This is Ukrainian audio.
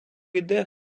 йде